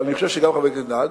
אבל אני חושב שגם חבר הכנסת אלדד,